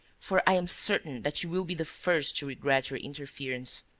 for i am certain that you will be the first to regret your interference.